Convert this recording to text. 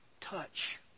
touch